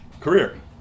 career